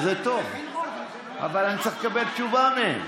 זה טוב, אבל אני צריך לקבל תשובה מהם.